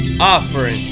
offering